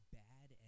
bad